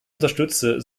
unterstütze